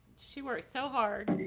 she works so hard.